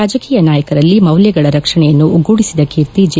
ರಾಜಕೀಯ ನಾಯಕರಲ್ಲಿ ಮೌಲ್ವಗಳ ರಕ್ಷಣೆಯನ್ನು ಒಗ್ಗೂಡಿಸಿದ ಕೀರ್ತಿ ಜೆ